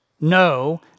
No